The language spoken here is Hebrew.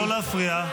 לא להפריע.